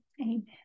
Amen